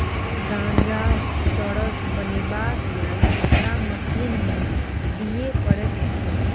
गांजासँ चरस बनेबाक लेल ओकरा मशीन मे दिए पड़ैत छै